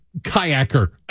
kayaker